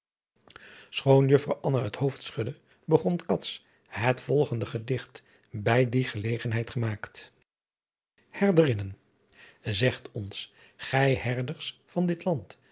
schoon juffrouw anna het hoofd schudde begon cats het volgende gedicht bij die gelegenheid gemaakt herderinnen seght ons ghy herders van dit lant